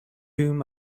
whom